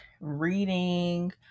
reading